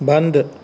ਬੰਦ